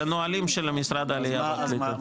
זה נהלים של משרד העלייה והקליטה.